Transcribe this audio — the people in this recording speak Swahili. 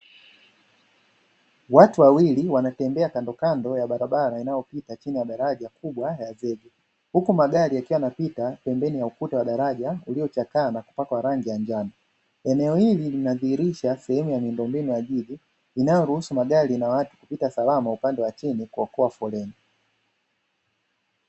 Watu wawili wanatembea kando kando ya barabara inayopita chini ya daraja kubwa la zee, huku magari yakiwa yanapita pembeni ya ukuta wa daraja uliyochakaa na kupakwa rangi ya njano, eneo hili linadhihirisha sehemu ya miundo mbinu ya juu Inayoruhusu magari na watu kupita salama upande wa chini na kuokoa foleni.